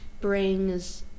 brings